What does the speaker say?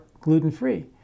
gluten-free